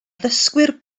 ddysgwyr